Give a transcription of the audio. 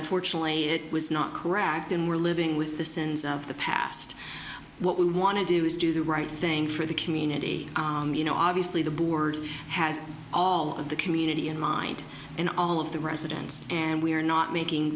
unfortunately it was not correct and we're living with the sins of the past what we want to do is do the right thing for the community you know obviously the board has all of the community in mind and all of the residents and we are not making